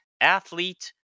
Athlete